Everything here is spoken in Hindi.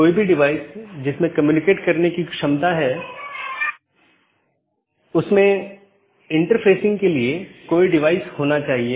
एक ज्ञात अनिवार्य विशेषता एट्रिब्यूट है जोकि सभी BGP कार्यान्वयन द्वारा पहचाना जाना चाहिए और हर अपडेट संदेश के लिए समान होना चाहिए